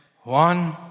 One